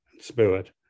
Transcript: spirit